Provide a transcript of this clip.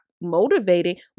motivating